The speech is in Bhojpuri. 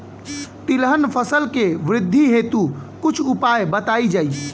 तिलहन फसल के वृद्धी हेतु कुछ उपाय बताई जाई?